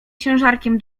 ciężarkiem